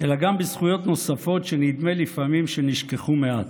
אלא גם בזכויות נוספות, שנדמה לפעמים שנשכחו מעט.